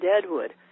Deadwood